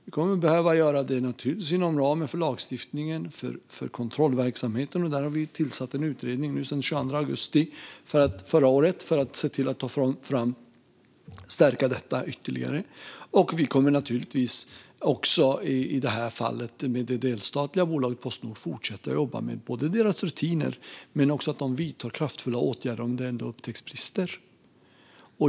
Vi kommer naturligtvis att behöva göra det inom ramen för lagstiftningen och för kontrollverksamheten, och där tillsatte vi en utredning den 22 augusti förra året för att se till att stärka detta ytterligare. Vi kommer också i fallet med det delstatliga bolaget Postnord att fortsätta att jobba både med deras rutiner och med att se till att de vidtar kraftfulla åtgärder om det ändå upptäcks brister.